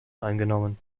eingenommen